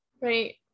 right